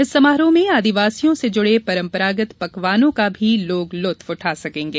इस समारोह में आदिवासियों से जुड़े परंपरागत पकवानों का भी लोग लुत्फ उठा सकेंगे